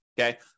okay